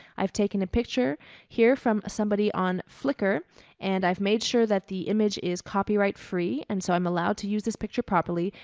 i've taken a picture here from somebody on flicker and i've made sure that the image is copyright free. and so i'm allowed to use this picture properly.